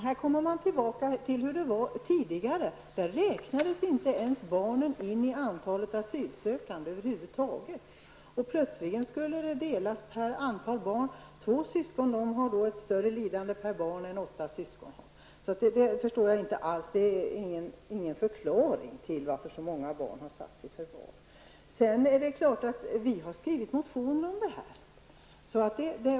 Herr talman! Nu går man tillbaka till hur det var tidigare. Då räknades barnen inte ens in i antalet asylsökande över huvud taget. Plötsligt skall det ske en delning per antalet barn. Två syskon har ett större lidande per barn än åtta syskon! Jag förstår inte det. Det är ingen förklaring till varför så många barn har tagits i förvar. Det är klart att vi har väckt motioner i det här ärendet.